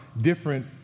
different